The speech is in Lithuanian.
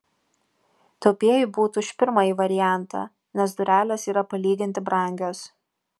taupieji būtų už pirmąjį variantą nes durelės yra palyginti brangios